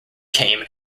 came